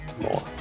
more